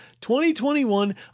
2021